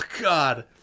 God